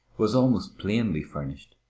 was almost plainly furnished.